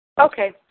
Okay